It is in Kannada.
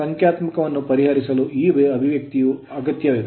ಸಂಖ್ಯಾತ್ಮಕವನ್ನು ಪರಿಹರಿಸಲು ಈ ಅಭಿವ್ಯಕ್ತಿಯ ಅಗತ್ಯವಿದೆ